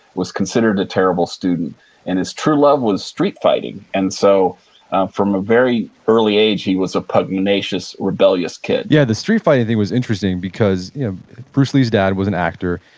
was considered a terrible student and his true love was street fighting. and so from a very early age, he was a pugnacious, rebellious kid yeah, the street fighting thing was interesting because bruce lee's dad was an actor.